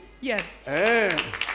Yes